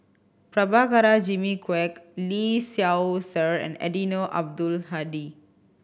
Prabhakara Jimmy Quek Lee Seow Ser and Eddino Abdul Hadi